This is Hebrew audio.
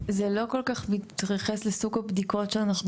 זה לא כל כך מתייחס לסוג הבדיקות שאנחנו